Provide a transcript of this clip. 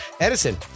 Edison